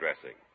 dressing